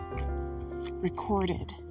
recorded